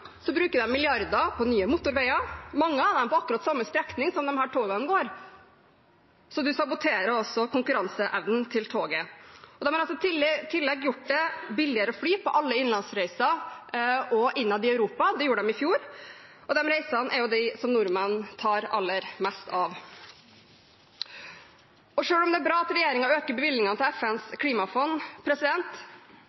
bruker de milliarder på nye motorveier, mange av dem på akkurat samme strekning som disse togene går, så de saboterer også konkurranseevnen til togene. De har i tillegg gjort det billigere å fly på alle innenlandsreiser og innad i Europa – det gjorde de i fjor. Og det er jo de reisene nordmenn tar aller mest av. Selv om det er bra at regjeringen øker bevilgningene til FNs